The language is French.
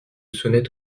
sonnette